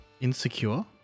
Insecure